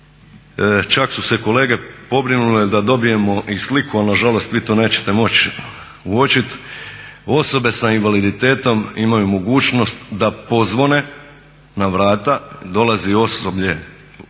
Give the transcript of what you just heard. čak su se kolege pobrinule da dobijemo i sliku ali nažalost vi to nećete moći uočit, osobe s invaliditetom imaju mogućnost da pozvone na vrata, dolazi osoblje,